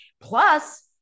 Plus